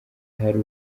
hari